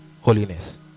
holiness